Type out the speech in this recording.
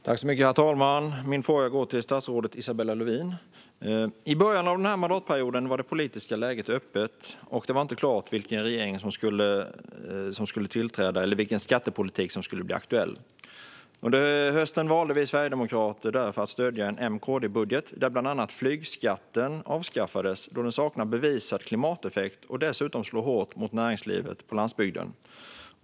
Herr talman! Min fråga går till statsrådet Isabella Lövin. I början av denna mandatperiod var det politiska läget öppet, och det var inte klart vilken regering som skulle tillträda eller vilken skattepolitik som skulle bli aktuell. Under hösten valde vi sverigedemokrater därför att stödja en M-KD-budget, där bland annat flygskatten avskaffades då den saknar bevisad klimateffekt och dessutom slår hårt mot näringslivet på landsbygden.